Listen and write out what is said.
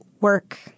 work